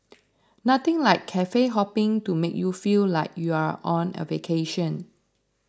nothing like cafe hopping to make you feel like you're on a vacation